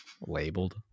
labeled